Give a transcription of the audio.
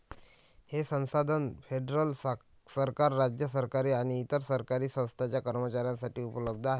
हे संसाधन फेडरल सरकार, राज्य सरकारे आणि इतर सरकारी संस्थांच्या कर्मचाऱ्यांसाठी उपलब्ध आहे